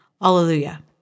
Hallelujah